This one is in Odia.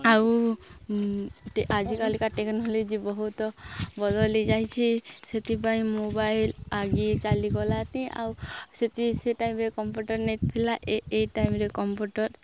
ଆଉ ଆଜିକାଲିକା ଟେକ୍ନୋଲୋଜି ବହୁତ ବଦଳି ଯାଇଛି ସେଥିପାଇଁ ମୋବାଇଲ୍ ଆଗି ଚାଲିଗଲାଣିି ଆଉ ସେଠି ସେ ଟାଇମ୍ରେ କମ୍ପୁଟର୍ ନଥିଲା ଏ ଏ ଟାଇମ୍ରେ କମ୍ପୁଟର୍